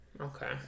Okay